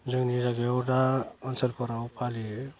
जोंनि जायगायाव दा ओनसोलफोराव फालियो